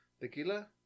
tequila